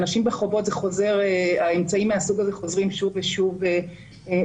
אנשים בחובות והאמצעים מהסוג הזה חוזרים שוב ושוב לחייהם.